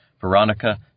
Veronica